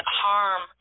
harm